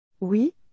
Oui